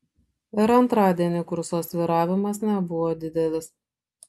ir antradienį kurso svyravimas nebuvo didelis